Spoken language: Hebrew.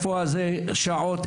איפה השעות?